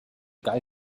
guy